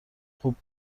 خوب